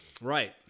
right